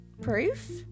Proof